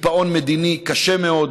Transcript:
וקיפאון מדיני קשה מאוד.